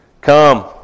Come